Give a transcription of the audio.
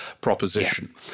proposition